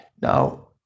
Now